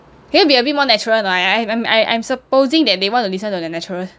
can you be a bit more natural or not I I I am supposing that they want to listen to the natural